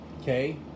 okay